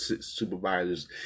supervisors